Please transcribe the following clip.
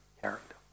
character